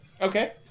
Okay